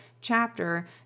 chapter